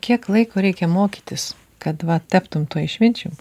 kiek laiko reikia mokytis kad va taptum tuo išminčium